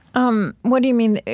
um what do you mean?